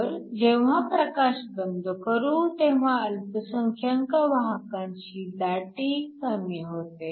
तर जेव्हा प्रकाश बंद करू तेव्हा अल्पसंख्यानक वाहकांची दाटी कमी होते